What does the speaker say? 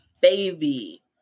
baby